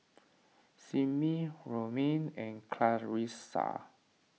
Simmie Romaine and Clarissa